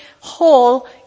whole